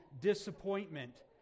disappointment